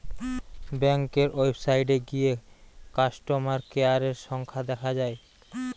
ব্যাংকের ওয়েবসাইটে গিয়ে কাস্টমার কেয়ারের সংখ্যা দেখা যায়